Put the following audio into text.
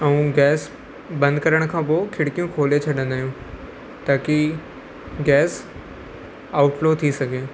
ऐं गैस बंदि करण खां पोइ खिड़कियूं खोले छॾींदा आहियूं ताकी गैस आउट फ्लो थी सघे